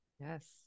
yes